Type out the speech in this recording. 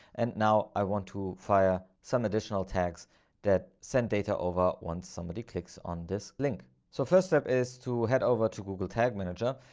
and now i want to fire some additional tags that send data over once somebody clicks on this link. so first step is to head over to google tag manager.